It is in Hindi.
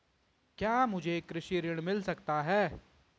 क्या मुझे कृषि ऋण मिल सकता है?